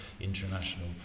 international